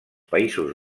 països